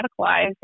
radicalized